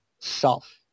Self